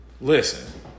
listen